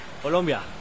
Colombia